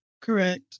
Correct